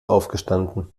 aufgestanden